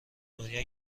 دنیا